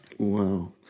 Wow